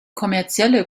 kommerzielle